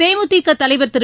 தேமுதிக தலைவர் திரு